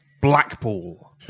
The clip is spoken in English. Blackpool